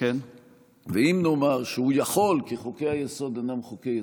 ואם נאמר שהוא יכול כי חוקי-היסוד אינם חוקי-יסוד,